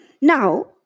Now